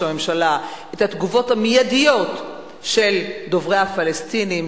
הממשלה את התגובות המיידיות של דוברי הפלסטינים,